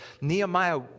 Nehemiah